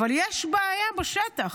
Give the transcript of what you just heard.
אבל יש בעיה בשטח,